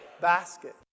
basket